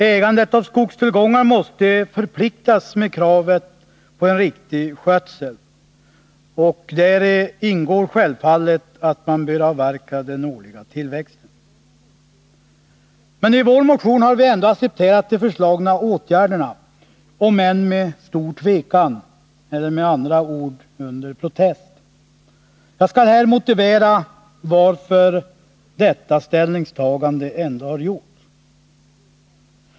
Ägandet av skogstillgångar måste förenas med krav på en riktig skötsel. Däri ingår självfallet att man bör avverka den årliga tillväxten. I vår motion har vi ändå accepterat de föreslagna åtgärderna, om än med stor tvekan — eller med andra ord under protest. Jag skall här motivera varför detta ställningstagande ändå har gjorts.